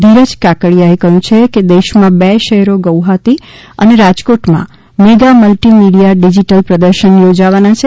ધીરજ કાકડીયાએ કહ્યું છે કે દેશમાં બે શહેરો ગૌહાટી અને રાજકોટમાં મેગા મલ્ટી મીડિયા ડિજીટલ પ્રદર્શન યોજાવાના છે